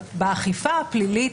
באכיפה הפלילית